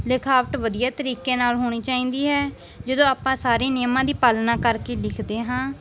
ਲਿਖਾਵਟ ਵਧੀਆ ਤਰੀਕੇ ਨਾਲ ਹੋਣੀ ਚਾਹੀਦੀ ਹੈ ਜਦੋਂ ਆਪਾਂ ਸਾਰੇ ਨਿਯਮਾਂ ਦੀ ਪਾਲਣਾ ਕਰਕੇ ਲਿਖਦੇ ਹਾਂ